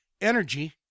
Energy